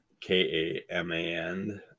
K-A-M-A-N